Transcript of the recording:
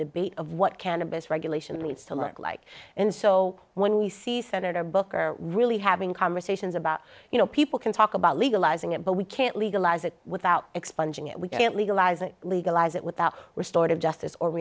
debate of what cannabis regulation leads to look like and so when you see senator booker really having conversations about you know people can talk about legalizing it but we can't legalize it without expunging it we can't legalize it legalize it without restored of justice or